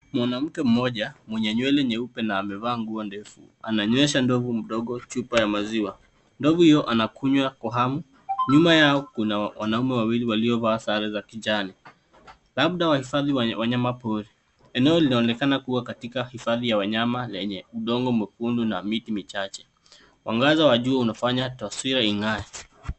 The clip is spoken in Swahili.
Mwanamke mmoja mwenye nywele nyeupe na amevaa nguo ndefu, ananywesha ndovu mdogo chupa ya maziwa. Ndovu huyo anakunywa kwa hamu. Nyuma yao kuna wanaume wawili waliovaa sare za kijani labda wahifadhi wa wanyamapori. Eneo linaonekana kuwa katika hifadhi ya wanyama lenye udongo mwekundu na miti michache. Mwangaza wa jua inafanya taswira ing'ae.